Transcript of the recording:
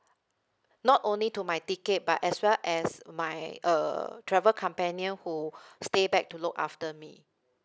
not only to my ticket but as well as my uh travel companion who stay back to look after me